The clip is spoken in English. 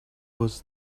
was